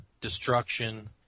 destruction